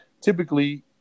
typically